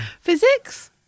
physics